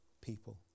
people